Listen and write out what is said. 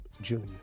Junior